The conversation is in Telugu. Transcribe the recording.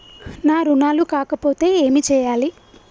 నా రుణాలు కాకపోతే ఏమి చేయాలి?